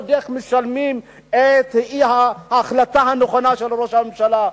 ועוד איך משלמות על אי-ההחלטה הנכונה של ראש הממשלה.